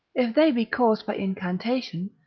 if they be caused by incantation,